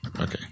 Okay